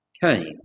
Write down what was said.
came